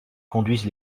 conduisent